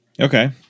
Okay